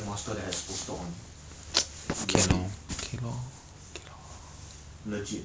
no ah cannot ah that's why I say his kit is absolute garbage like in the sense of like soul